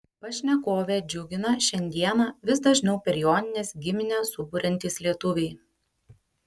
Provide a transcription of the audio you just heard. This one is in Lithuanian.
pašnekovę džiugina šiandieną vis dažniau per jonines giminę suburiantys lietuviai